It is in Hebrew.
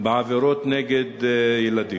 בעבירות נגד ילדים.